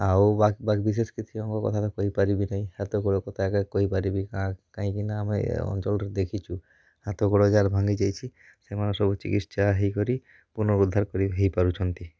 ଆଉ ବା ବାକି ବିଶେଷ କିଛି ଅଙ୍ଗଙ୍କ କଥା ତ କହି ପାରିବିନି ହାତ ଗୋଡ଼ କଥା ଆଜ୍ଞା କହି ପାରିବି କା କାହିଁକି ନା ଆମେ ଏ ଅଞ୍ଚଳରେ ଦେଖିଛୁ ହାତ ଗୋଡ଼ ଯାହାର ଭାଙ୍ଗିଯାଇଛି ସେମାନେ ସବୁ ଚିକିତ୍ସା ହେଇ କରି ପୁନରୁଦ୍ଧାର କରି ହୋଇପାରୁଛନ୍ତି